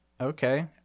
Okay